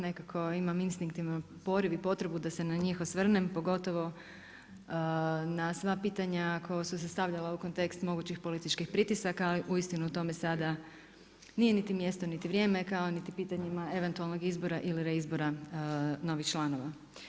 Nekako imam instinktivno poriv i potrebu da se na njih osvrnem pogotovo na sva pitanja koja su se stavljala u kontekst mogućih političkih pritisaka, ali uistinu o tome sada nije niti mjesto, niti vrijeme kao niti o pitanjima eventualnog izbora ili reizbora novih članova.